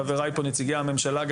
חבריי פה נציגי הממשלה,